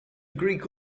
greek